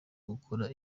gukora